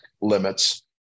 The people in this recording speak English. limits